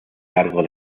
cargo